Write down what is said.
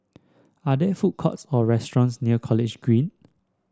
are there food courts or restaurants near College Green